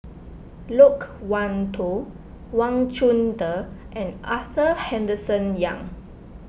Loke Wan Tho Wang Chunde and Arthur Henderson Young